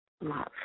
love